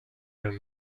eren